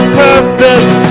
purpose